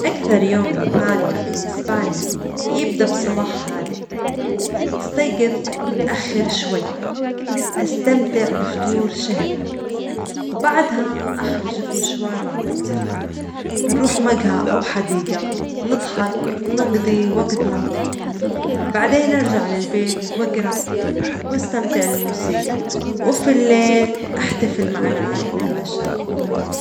أكثر يوم مثالي بالنسبة لي يبدأ بصباح هادئ، أستيجظ متأخر شوي، أستمتع بفطور شهي، وبعدها أخرج في مشوار مع الأصدجاء نروح مجهى أو حديجة، نضحك ، نجضي وجت ممتع، بعدين أرجع للبيت وأجرأ، وأستمتع للموسيجى، وفي الليل أحتفل مع العائلة بعشاء مميز.